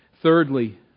Thirdly